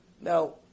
Now